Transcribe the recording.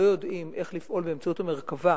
לא יודעים איך לפעול באמצעות מרכב"ה,